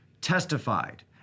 testified